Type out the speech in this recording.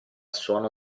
suono